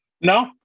No